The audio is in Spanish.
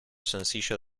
sencillo